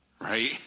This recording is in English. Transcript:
right